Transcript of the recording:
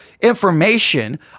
information